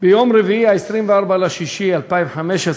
ביום רביעי, 24 באפריל 2015,